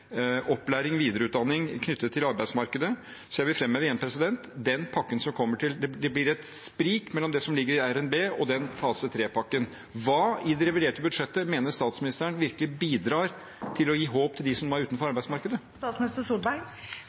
opplæring, videreutdanning knyttet til arbeidsmarkedet. Så jeg vil igjen framheve: Det blir et sprik mellom det som ligger i RNB, og fase 3-pakken. Hva i det reviderte budsjettet mener statsministeren virkelig bidrar til å gi håp til dem som nå er utenfor arbeidsmarkedet?